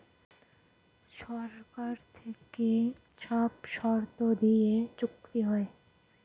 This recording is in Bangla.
সরকার থেকে সব শর্ত দিয়ে চুক্তি হয়